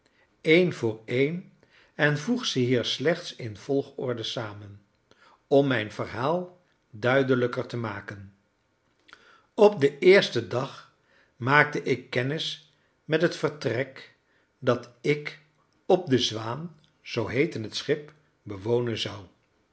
een voor een en voeg ze hier slechts in volgorde samen om mijn verhaal duidelijker te maken op den eersten dag maakte ik kennis met het vertrek dat ik op de zwaan zoo heette het schip bewonen zou